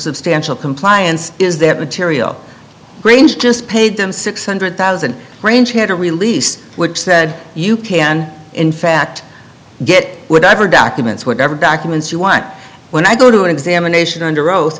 substantial compliance is that material grange just paid them six hundred thousand range had a release which said you can in fact get whatever documents whatever documents you want when i go to an examination under oath